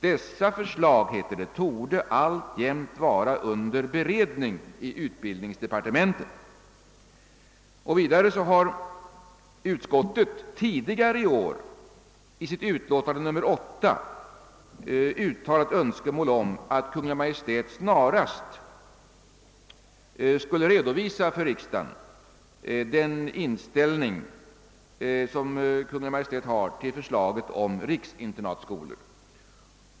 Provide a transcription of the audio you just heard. Dessa förslag torde alltjämt vara under beredning i utbildningsdeparte mentet.» Vidare påpekar utskottet att det »tidigare i år i sitt utlåtande nr 8 uttalat önskemål om att Kungl. Maj:t snarast för riksdagen redovisar sin inställning till förslaget om riksinternatskolor.